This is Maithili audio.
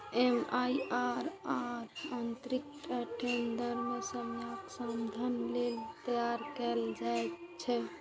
एम.आई.आर.आर आंतरिक रिटर्न दर के समस्याक समाधान लेल तैयार कैल जाइ छै